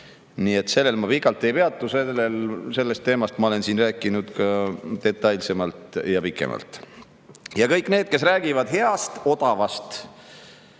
Nii et sellel ma pikalt ei peatu, sellest teemast ma olen siin rääkinud ka detailsemalt ja pikemalt. Kõik need, kes räägivad "heast", "odavast",